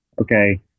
okay